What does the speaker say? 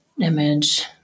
image